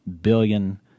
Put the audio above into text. billion